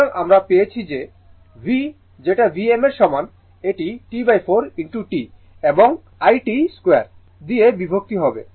সুতরাং আমরা পেয়েছি v যেটা Vm এর সমান এটি T4 t এবং 2it দিয়ে বিভক্ত হবে